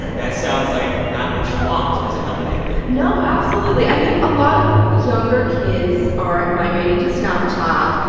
that sounds like not what you want as a company no, absolutely. i mean, a lot of younger kids are migrating to snapchat,